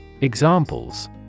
Examples